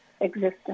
existence